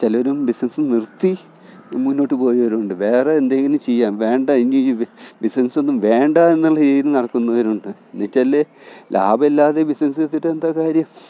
ചിലരും ബിസ്നെസ്സ് നിര്ത്തി മുന്നോട്ട് പോയവരുണ്ട് വേറെ എന്തെങ്കിലും ചെയ്യാം വേണ്ട ഇനി ഈ ബിസ്നെസ് ഒന്നും വേണ്ട എന്നുള്ള രീതിയിൽ നടത്തുന്നവരുണ്ട് എന്നുവെച്ചാൽ ലാഭം ഇല്ലാതെ ബിസ്നെസ്സ് നിർത്തിയിട്ട് എന്താ കാര്യം